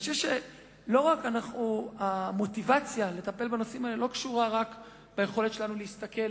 אני חושב שהמוטיבציה לטפל בנושאים האלה לא קשורה רק ביכולת שלנו להסתכל